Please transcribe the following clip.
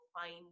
find